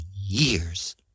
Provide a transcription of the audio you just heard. years